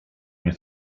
mnie